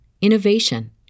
innovation